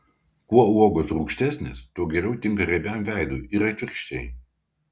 kuo uogos rūgštesnės tuo geriau tinka riebiam veidui ir atvirkščiai